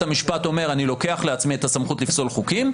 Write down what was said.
המשפט אומר: אני לוקח לעצמי את הסמכות לפסול חוקים,